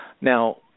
Now